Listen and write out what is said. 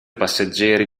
passeggeri